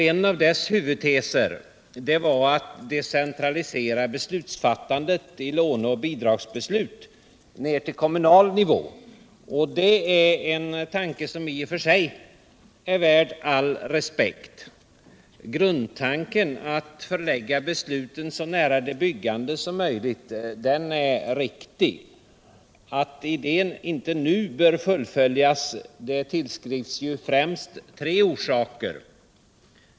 En av dess huvudteser var att decentralisera beslutsfattandet i låne och bidragsärenden ned ull kommunal nivå. Det är en tanke som i och för sig är värd all respekt. Grundtanken att förlägga besluten så nära de byggande som möjligt är riktig. Att idén inte nu bör fullföljas tillskrivs främst tre orsaker.